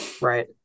Right